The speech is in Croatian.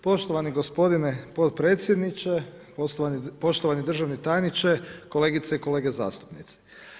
Poštovani gospodine potpredsjedniče, poštovani državni tajniče, kolegice i kolege zastupnici.